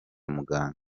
muganga